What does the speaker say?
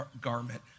garment